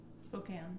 Spokane